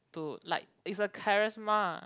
to like is a charisma